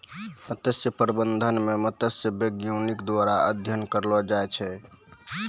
मत्स्य प्रबंधन मे मत्स्य बैज्ञानिक द्वारा अध्ययन करलो जाय छै